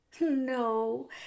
No